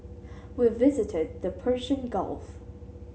we visited the Persian Gulf